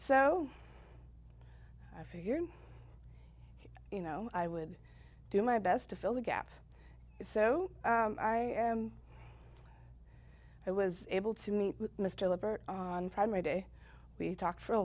so i figured you know i would do my best to fill the gap so i am i was able to meet with mr burt on primary day we talked for a